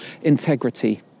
integrity